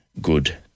good